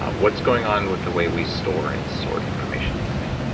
what's going on with the way we store and sort information like that?